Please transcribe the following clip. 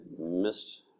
missed